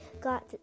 got